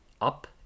up